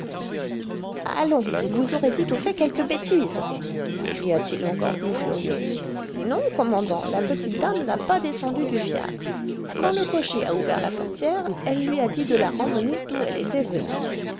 allons vous aurez dit ou fait quelque bêtise s'écria-t-il encore plus furieux non commandant la petite dame n'a pas descendu du fiacre quand le cocher a ouvert la portière elle lui a dit de la remmener d'où elle était venue